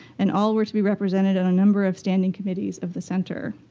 and all were to be represented in a number of standing committees of the center.